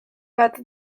bat